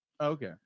okay